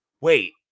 wait